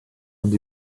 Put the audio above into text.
und